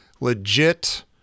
legit